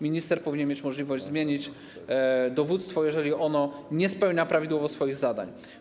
Minister powinien mieć możliwość zmienić dowództwo, jeżeli ono nie wypełnia prawidłowo swoich zadań.